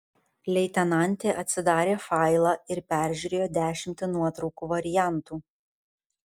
leitenantė atsidarė failą ir peržiūrėjo dešimtį nuotraukų variantų